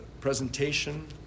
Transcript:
presentation